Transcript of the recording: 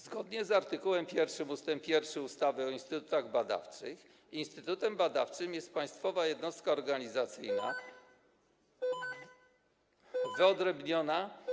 Zgodnie z art. 1 ust. 1 ustawy o instytutach badawczych instytutem badawczym jest państwowa jednostka organizacyjna wyodrębniona.